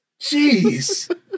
Jeez